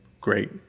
great